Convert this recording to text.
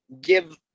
give